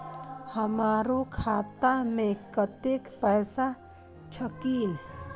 हमरो खाता में कतेक पैसा छकीन?